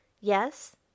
Yes